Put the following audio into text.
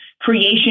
creation